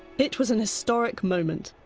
it was an historic moment,